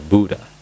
Buddha